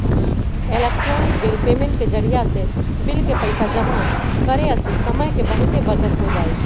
electronic bill payment के जरियासे bill के पइसा जमा करेयसे समय के बहूते बचत हो जाई छै